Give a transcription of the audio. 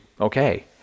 okay